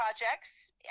projects